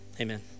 amen